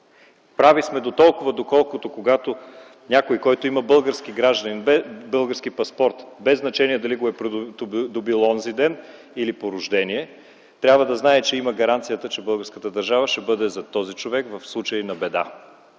Правихме дотолкова, доколкото някой, който има български паспорт – без значение дали го е придобил онзи ден или по рождение, трябва да знае, че има гаранцията, че българската държава ще бъде зад този човек в случай на беда.